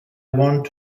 want